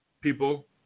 people